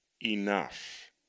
enough